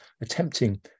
attempting